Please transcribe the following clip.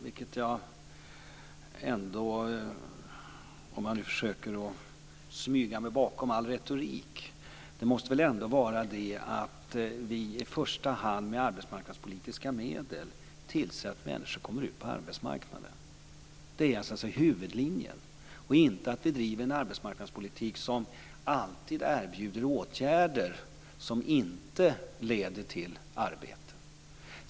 Men om jag försöker att smyga mig bakom all retorik måste väl valet ändå vara att vi i första hand med arbetsmarknadspolitiska medel tillser att människor kommer ut på arbetsmarknaden. Det är huvudlinjen - inte att vi driver en arbetsmarknadspolitik som alltid erbjuder åtgärder som inte leder till arbete.